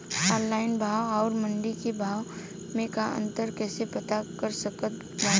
Online भाव आउर मंडी के भाव मे अंतर कैसे पता कर सकत बानी?